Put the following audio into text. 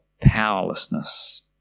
powerlessness